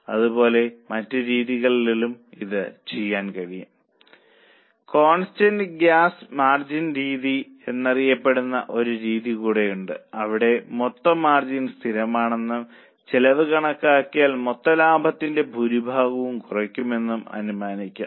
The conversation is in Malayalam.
അതുപോലെ മറ്റ് രീതികളിലൂടെയും ഇത് ചെയ്യാൻ കഴിയും കോൺസ്റ്റന്റ് ഗ്രോസ് മാർജിൻ രീതി എന്ന് അറിയപ്പെടുന്ന ഒരു രീതി കൂടിയുണ്ട് അവിടെ മൊത്ത മാർജിൻ സ്ഥിരമാണെന്നും ചെലവ് കണക്കാക്കിയ മൊത്ത ലാഭത്തിന്റെ ഭൂരിഭാഗവും കുറയ്ക്കുമെന്നും അനുമാനിക്കാം